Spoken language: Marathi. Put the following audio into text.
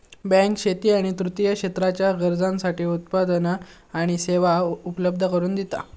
बँक शेती आणि तृतीय क्षेत्राच्या गरजांसाठी उत्पादना आणि सेवा उपलब्ध करून दिता